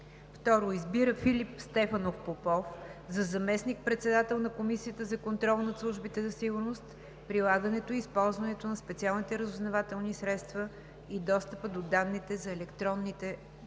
2. Избира Филип Стефанов Попов за заместник-председател на Комисията за контрол над службите за сигурност, прилагането и използването на специалните разузнавателни средства и достъпа до данните по Закона за